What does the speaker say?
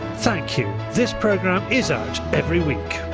thank you. this programme is out every week.